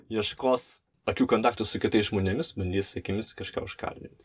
ieškos akių kontakto su kitais žmonėmis bandys akimis kažką užkalbinti